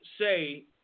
say